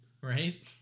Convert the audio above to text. right